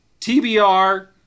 TBR